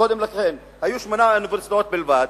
קודם לכן היו שמונה אוניברסיטאות בלבד,